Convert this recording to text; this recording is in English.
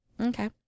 Okay